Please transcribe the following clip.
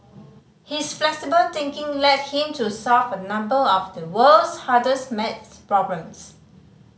his flexible thinking led him to solve a number of the world's hardest maths problems